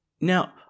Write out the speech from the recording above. Now